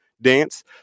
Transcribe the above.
dance